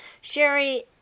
Sherry